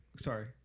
sorry